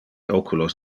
oculos